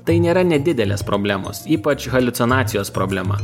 tai nėra nedidelės problemos ypač haliucinacijos problema